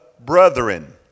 Brethren